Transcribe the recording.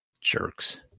Jerks